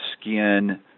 skin